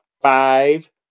five